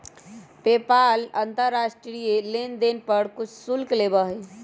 PayPal अंतर्राष्ट्रीय लेनदेन पर कुछ शुल्क लेबा हई